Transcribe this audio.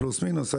פלוס מינוס,